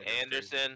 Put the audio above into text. Anderson